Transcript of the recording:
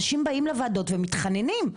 אנשים באים לוועדות ומתחננים,